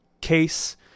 case